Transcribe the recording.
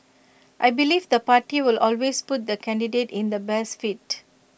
I believe the party will always put the candidate in the best fit